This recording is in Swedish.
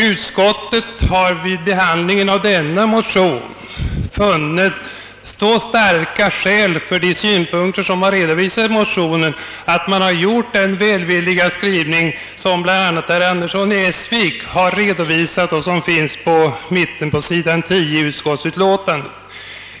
Utskottet har vid behandlingen av denna motion funnit så starka skäl för de synpunkter som har redovisats i motionen, att man gjort den välvilliga skrivning som bl.a. herr Andersson i Essvik redovisat och som finns på sidan 10 i utskottets betänkande.